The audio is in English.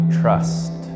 trust